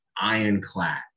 ironclad